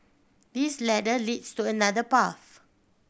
this ladder leads to another path